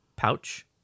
pouch